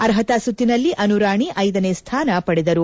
ಅರ್ಹತಾ ಸುತ್ತಿನಲ್ಲಿ ಅನುರಾಣಿ ಐದನೇ ಸ್ವಾನ ಪಡೆದರು